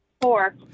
Four